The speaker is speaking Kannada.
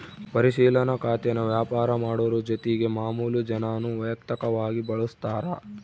ಪರಿಶಿಲನಾ ಖಾತೇನಾ ವ್ಯಾಪಾರ ಮಾಡೋರು ಜೊತಿಗೆ ಮಾಮುಲು ಜನಾನೂ ವೈಯಕ್ತಕವಾಗಿ ಬಳುಸ್ತಾರ